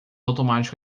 automático